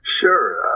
Sure